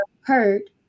hurt